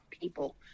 people